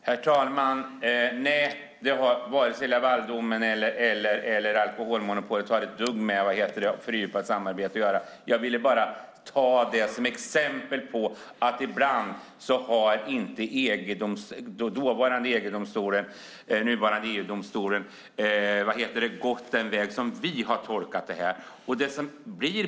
Herr talman! Nej, vare sig Lavaldomen eller alkoholmonopolet har ett dugg med fördjupat samarbete att göra. Jag ville bara ta det som exempel på att ibland har inte dåvarande EG-domstolen, nuvarande EU-domstolen, gått den väg som stämmer med hur vi har tolkat det här.